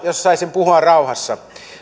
jos saisin puhua rauhassa